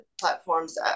platforms